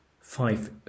five